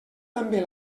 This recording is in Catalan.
també